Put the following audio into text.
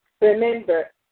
remember